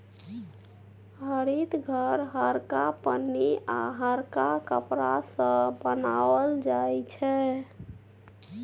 हरित घर हरका पन्नी आ हरका कपड़ा सँ बनाओल जाइ छै